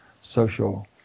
social